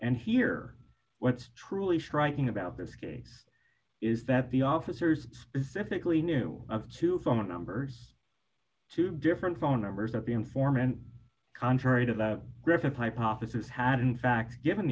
and here what's truly striking about this case is that the officers specifically knew of two phone numbers two different phone numbers that the informant contrary to the griffin hypothesis had in fact given